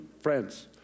Friends